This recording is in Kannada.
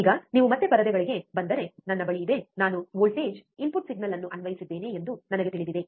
ಈಗ ನೀವು ಮತ್ತೆ ಪರದೆಗಳಿಗೆ ಬಂದರೆ ನನ್ನ ಬಳಿ ಇದೆ ನಾನು ವೋಲ್ಟೇಜ್ ಇನ್ಪುಟ್ ಸಿಗ್ನಲ್ ಅನ್ನು ಅನ್ವಯಿಸಿದ್ದೇನೆ ಎಂದು ನನಗೆ ತಿಳಿದಿದೆ